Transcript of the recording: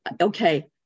okay